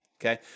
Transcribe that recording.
okay